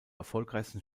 erfolgreichsten